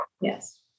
Yes